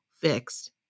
fixed